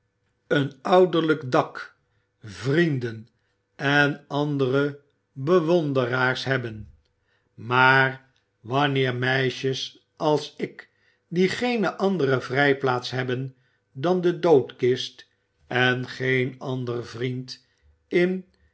gedaan ouderlijk dak vrienden en andere bewonderaars hebben maar wanneer meisjes als ik die geene andere vrijplaats hebben dan de doodkist en geen ander vriend in